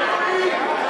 תתביישו לכם.